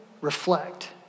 reflect